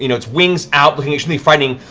you know its wings out, looking extremely frightening,